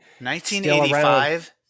1985